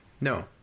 No